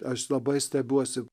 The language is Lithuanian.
aš labai stebiuosi